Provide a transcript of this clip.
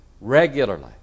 regularly